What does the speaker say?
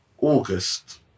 August